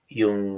yung